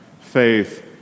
faith